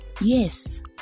Yes